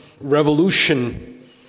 revolution